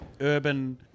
urban